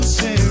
say